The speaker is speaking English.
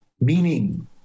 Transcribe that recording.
meaning